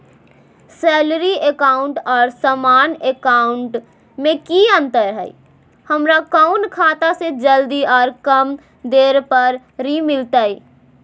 Salary account और सामान्य account मे की अंतर है हमरा कौन खाता से जल्दी और कम दर पर ऋण मिलतय?